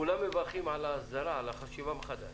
כולם מברכים על ההסדרה, על החשיבה מחדש.